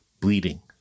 bleeding